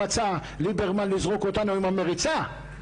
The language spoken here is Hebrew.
אני גם רוצה להדגיש שהמינוי של ממלא מקום חייב להיות